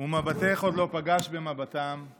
"ומבטך עוד לא פגש במבטם /